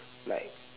like